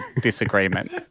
disagreement